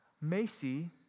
Macy